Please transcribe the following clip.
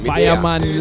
Fireman